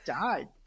died